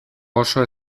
oso